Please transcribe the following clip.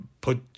put